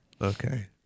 Okay